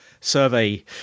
survey